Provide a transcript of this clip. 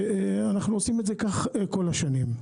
אנחנו עושים את זה כך כל השנים.